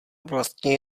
vlastně